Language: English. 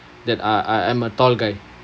that I I I'm a tall guy